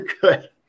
good